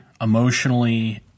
emotionally